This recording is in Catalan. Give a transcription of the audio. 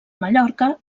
mallorca